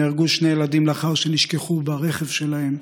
נהרגו שני ילדים לאחר שנשכחו ברכב שלהם.